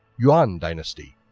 yuan dynasty